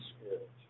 spirit